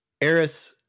eris